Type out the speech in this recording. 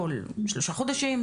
כל שלושה חודשים נגיד,